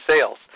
sales